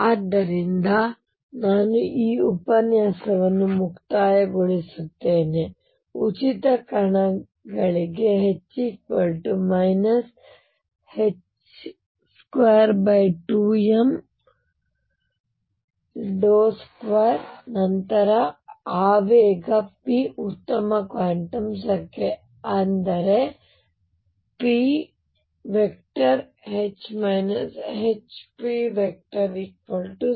ಆದ್ದರಿಂದ ಈಗ ನಾನು ಈ ಉಪನ್ಯಾಸವನ್ನು ಮುಕ್ತಾಯಗೊಳಿಸುತ್ತೇನೆ ಉಚಿತ ಕಣಗಳಿಗೆ H 22m2 ನಂತರ ಆವೇಗ p ಉತ್ತಮ ಕ್ವಾಂಟಮ್ ಸಂಖ್ಯೆ ಅಂದರೆ pH Hp0